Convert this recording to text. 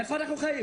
איפה אנחנו חיים?